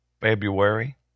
February